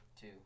two